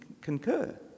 concur